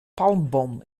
palmboom